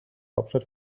hauptstadt